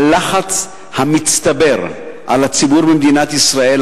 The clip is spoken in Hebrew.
הלחץ המצטבר על הציבור במדינת ישראל.